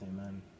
Amen